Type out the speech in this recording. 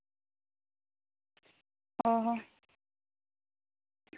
ᱚᱸᱻ